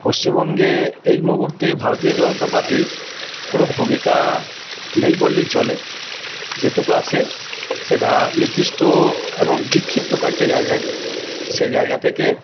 পশ্চিমবঙ্গে এই মুহুর্তে ভারতীয় জনতা পাটির কোনো ভূমিকা নেই বললেই চলে যেটুকু আছে সেটা নির্দিষ্ট এবং বিক্ষিপ্ত কয়েকটা জায়গায় সেই জায়গা থেকে